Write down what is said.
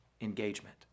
engagement